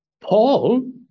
Paul